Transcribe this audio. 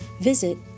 visit